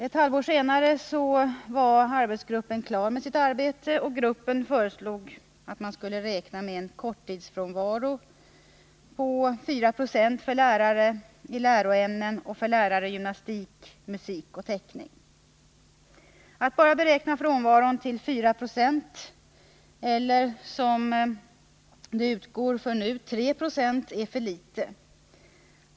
Ett halvår senare var den arbetsgrupp som tillsattes för uppgiften klar med sitt arbete och föreslog att man skulle räkna med en korttidsfrånvaro på 4 96 för lärare i läroämnen och för lärare i gymnastik, musik och teckning. Att beräkna frånvaron till bara 4 96 — eller till 3 96 som man gör f. n. —är för litet.